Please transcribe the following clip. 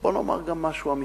בוא נאמר גם משהו אמיתי.